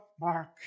mark